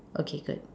okay good